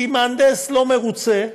כי מהנדס לא מרוצה,